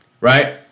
right